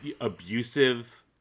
abusive